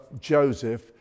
Joseph